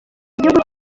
igihugu